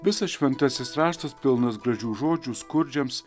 visas šventasis raštas pilnas gražių žodžių skurdžiams